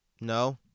No